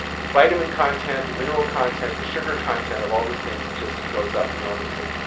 the vitamin content, the mineral content, the sugar content of all these things just goes up enormously.